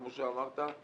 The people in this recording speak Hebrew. כמו שאמרת,